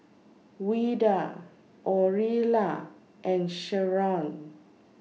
Ouida Orilla and Sherron